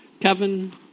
Kevin